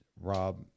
Rob